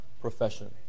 profession